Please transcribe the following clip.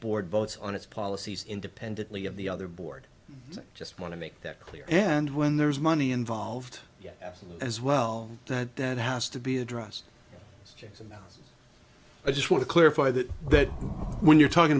board votes on its policies independently of the other board just want to make that clear and when there's money involved as well that that has to be addressed jason that i just want to clarify that but when you're talking